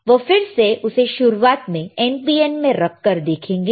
वह फिर से उसे शुरुआत में NPN मैं रख कर देखेंगे